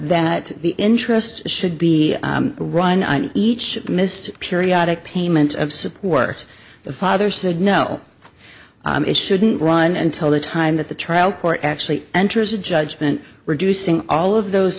that the interest should be run on each missed periodic payment of support the father said no it shouldn't run until the time that the trial court actually enters a judgment reducing all of those